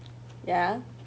ya